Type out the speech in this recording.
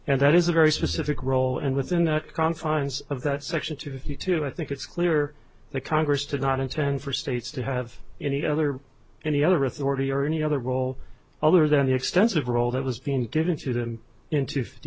and that is a very specific role and within the confines of that section two fifty two i think it's clear the congress did not intend for states to have any other any other authority or any other role other than the extensive role that was being given to them into fifty